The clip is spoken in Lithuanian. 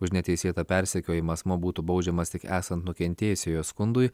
už neteisėtą persekiojimą asmuo būtų baudžiamas tik esant nukentėjusiojo skundui